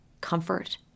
comfort